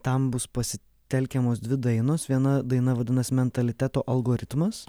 tam bus pasitelkiamos dvi dainos viena daina vadinas mentaliteto algoritmas